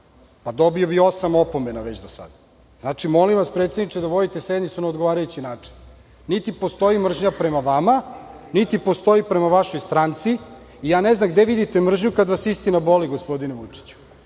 Pa dobio bih osam opomena do sada. Znači, molim vas predsedniče da vodite sednicu na odgovarajući način. Niti postoji mržnja prema vama, niti postoji prema vašoj stranci. Ja ne znam gde vidite mržnju kad vas istina boli, gospodine Vučiću. Ali